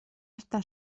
hasta